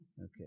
Okay